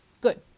good